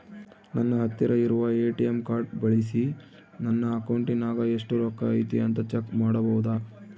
ನನ್ನ ಹತ್ತಿರ ಇರುವ ಎ.ಟಿ.ಎಂ ಕಾರ್ಡ್ ಬಳಿಸಿ ನನ್ನ ಅಕೌಂಟಿನಾಗ ಎಷ್ಟು ರೊಕ್ಕ ಐತಿ ಅಂತಾ ಚೆಕ್ ಮಾಡಬಹುದಾ?